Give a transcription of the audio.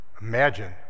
imagine